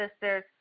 sisters